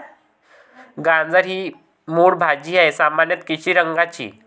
गाजर ही मूळ भाजी आहे, सामान्यत केशरी रंगाची